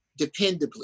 dependably